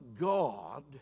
God